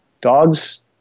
dogs